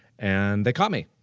and they caught me.